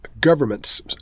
governments